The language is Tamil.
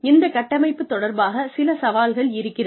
இந்த கட்டமைப்பு தொடர்பாக சில சவால்கள் இருக்கிறது